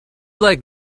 like